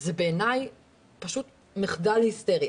זה בעיניי פשוט מחדל היסטרי.